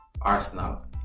Arsenal